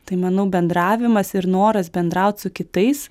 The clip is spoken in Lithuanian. tai manau bendravimas ir noras bendraut su kitais